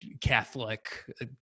catholic